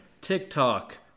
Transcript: TikTok